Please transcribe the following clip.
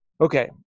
okay